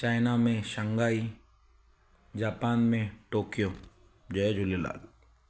China में Shanghai Japan में Tokyo जय झूलेलाल